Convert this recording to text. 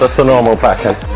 a normal